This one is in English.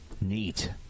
Neat